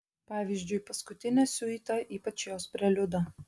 pavyzdžiui paskutinę siuitą ypač jos preliudą